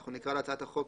אנחנו נקרא להצעת החוק,